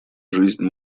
жизнь